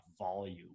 volume